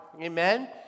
Amen